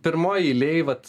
pirmoj eilėj vat